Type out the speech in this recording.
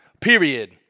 period